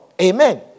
Amen